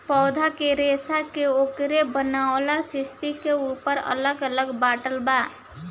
पौधा के रेसा के ओकर बनेवाला स्थिति के ऊपर अलग अलग बाटल बा